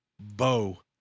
bow